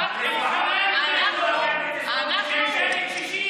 שימו לב: רק נתניהו, זה מה שיש לכם.